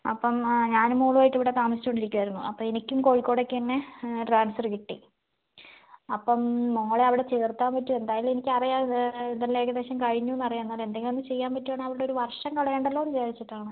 അപ്പം ആ ഞാനും മോളും ആയിട്ട് ഇവിടെ താമസിച്ച് കൊണ്ട് ഇരിക്ക ആയിരുന്നു അപ്പം എനിക്കും കോഴിക്കോടേക്കെന്നെ ട്രാൻസ്ഫർ കിട്ടി അപ്പം മോളെ അവിടെ ചേർക്കാൻ പറ്റോ എന്തായാലും എനിക്ക് അറിയാ അത് ഇത് എല്ലാം ഏകദേശം കഴിഞ്ഞൂന്ന് അറിയാം എന്നാലും എന്തെങ്കിലും ഒന്ന് ചെയ്യാൻ പറ്റുവാണെ അവൾടെ ഒരു വർഷം കളയണ്ടല്ലോന്ന് വിചാരിച്ചിട്ട് ആണ്